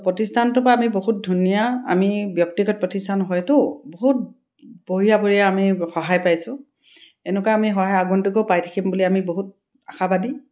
প্ৰতিষ্ঠানটোৰপৰা আমি বহুত ধুনীয়া আমি ব্যক্তিগত প্ৰতিষ্ঠান হয়তো বহুত বঢ়িয়া বঢ়িয়া আমি সহায় পাইছোঁ এনেকুৱা আমি সহায় আগন্তোকো পাই থাকিম বুলি আমি বহুত আশাবাদী